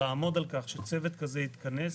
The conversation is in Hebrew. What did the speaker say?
לעמוד על כך שצוות כזה יתכנס